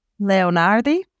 Leonardi